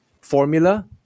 formula